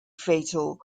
fatal